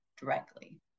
directly